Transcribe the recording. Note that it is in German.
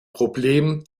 problem